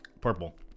Purple